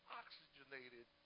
oxygenated